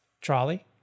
Trolley